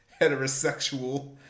heterosexual